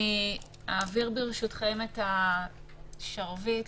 אעביר, ברשותכם, את השרביט לפרופ'